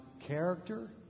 character